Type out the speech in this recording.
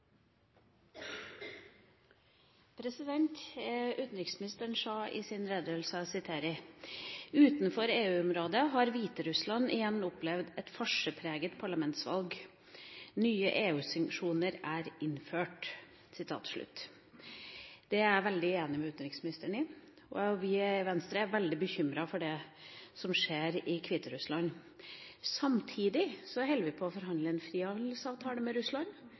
Utenriksministeren sa i sin redegjørelse: «Utenfor EU-området har Hviterussland igjen opplevd et farsepreget parlamentsvalg. Nye EU-sanksjoner er innført.» Det er jeg enig med utenriksministeren i. Vi i Venstre er veldig bekymret for det som skjer i Hviterussland. Samtidig holder vi på å forhandle om en frihandelsavtale med Russland,